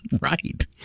Right